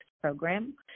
Program